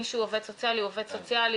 מי שהוא עובד סוציאלי, הוא עובד סוציאלי.